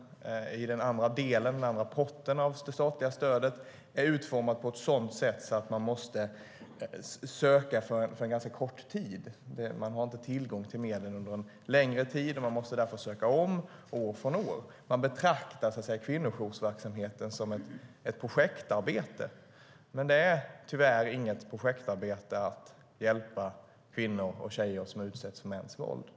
Den andra delen, den andra potten, av det statliga stödet är utformad på ett sådant sätt att man måste söka för en ganska kort tid. Man har inte tillgång till medlen under en längre tid, och man måste därför söka om år från år. Kvinnojourverksamheten betraktas som ett projektarbete, men det är tyvärr inget projektarbete att hjälpa kvinnor och tjejer som utsätts för mäns våld.